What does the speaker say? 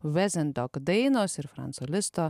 vezendok dainos ir franco listo